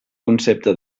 concepte